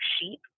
sheep